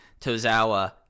Tozawa